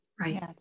right